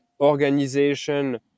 organization